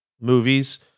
movies